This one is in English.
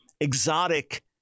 exotic